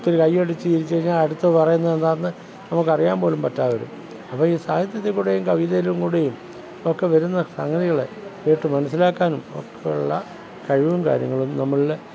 ഒത്തിരി കയ്യടിച്ചു ചിരിച്ചു കഴിഞ്ഞാൽ അടുത്തത് പറയുന്നത് എന്താണെന്ന് നമുക്ക് അറിയാൻ പോലും പറ്റാതെ വരും അപ്പം ഈ സാഹിത്യത്തിൽ കൂടെയും കവിതയിൽ കൂടെയും ഒക്കെ വരുന്ന സംഗതികൾ കേട്ട് മനസ്സിലാക്കാനും ഒക്കെ ഉള്ള കഴിവും കാര്യങ്ങളും നമ്മളിൽ